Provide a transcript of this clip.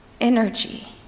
energy